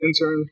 intern